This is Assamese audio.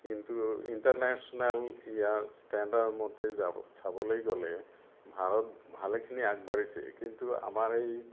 কিন্তু ইণ্টাৰনেশ্যনেল ইয়াৰ ষ্টেণ্ডাৰমতে ইয়াৰ চাবলে গ'লে ভাৰত ভালেখিনি আগবাঢ়িছে কিন্তু আমাৰ এই